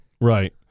right